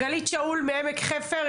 אתה רוצה לתת רגע לגלית שאול מעמק חפר?